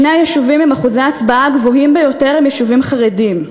שני היישובים עם שיעורי ההצבעה הגבוהים ביותר הם יישובים חרדיים,